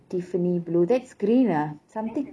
tiffany blue that's green lah something